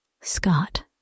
Scott